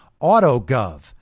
AutoGov